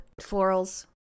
Florals